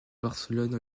barcelone